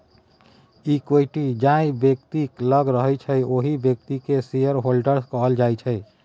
equity जाहि बेकती लग रहय छै ओहि बेकती केँ शेयरहोल्डर्स कहल जाइ छै